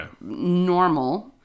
normal